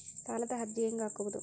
ಸಾಲದ ಅರ್ಜಿ ಹೆಂಗ್ ಹಾಕುವುದು?